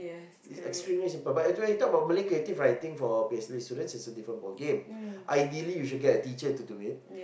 is extremely simple but when you talk about Malay creative writing for P_M_C_A student is a different ballgame ideally you should get a teacher to do it